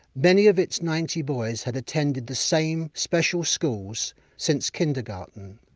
many of its ninety boys had attended the same special schools since kindergarten.